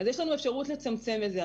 אז יש לנו אפשרות לצמצם את זה,